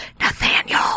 Nathaniel